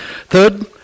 Third